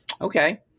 Okay